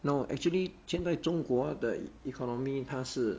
no actually 现在中国的 economy 他是